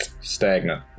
stagnant